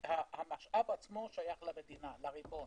המשאב עצמו שייך למדינה, לריבון.